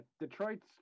Detroit's